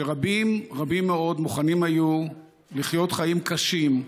שרבים רבים מאוד היו מוכנים לחיות חיים קשים,